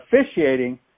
officiating